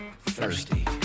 thirsty